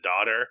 daughter